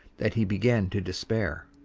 that he began to despair.